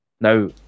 Now